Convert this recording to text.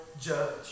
judge